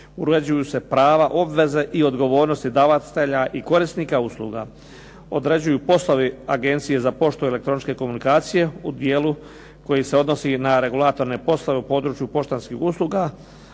uređuju se prava i obveze i odgovornosti davatelja i korisnika usluga, određuju poslovi Agencije za poštu i elektroničke komunikacije u dijelu koji se odnosi na regulatorne poslove u području poštanskih usluga,